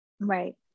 Right